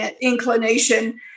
inclination